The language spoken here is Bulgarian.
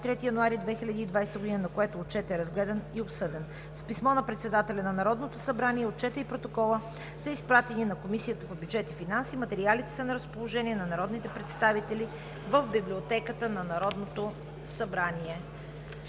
23 януари 2020 г., на което отчетът е разгледан и обсъден. С писмо на председателя на Народното събрание отчетът и протоколът са изпратени на Комисията по бюджет и финанси. Материалите са на разположение на народните представители в Библиотеката на Народното събрание.